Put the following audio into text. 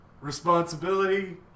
responsibility